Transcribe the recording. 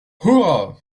hurrah